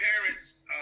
parents